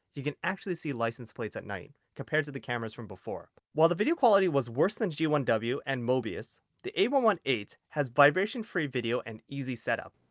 you can actually see license plates at night compared to the cameras from before. while the video quality was worse than g one w and mobius the a one one eight has vibration free video and easy setup.